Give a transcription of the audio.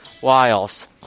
Wiles